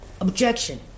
objection